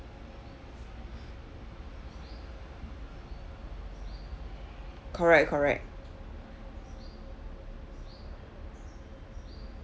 correct correct